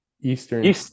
Eastern